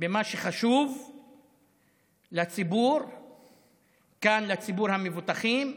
במה שחשוב לציבור, וכאן, לציבור המבוטחים.